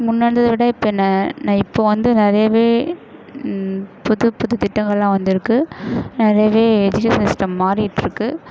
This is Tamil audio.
முன்னே இருந்ததை விட இப்போ நான் நான் இப்போது வந்து நிறையாவே புது புது திட்டங்கள்லாம் வந்துருக்குது நிறையாவே எஜூகேஷனல் சிஸ்டம் மாறிகிட்டு இருக்குது